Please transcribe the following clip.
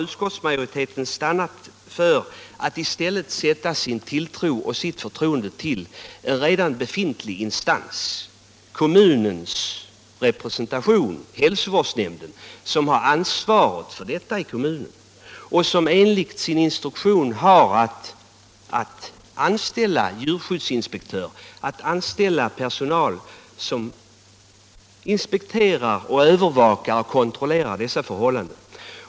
Utskottsmajoriteten har i stället satt sin tilltro till en redan befintlig 177 instans, kommunens hälsovårdsnämnd, som har ansvaret för dessa frågor i kommunen och som enligt sin instruktion har att anställa djurskyddsinspektör, som inspekterar, övervakar och kontrollerar dessa förhållanden.